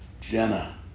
Jenna